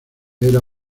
era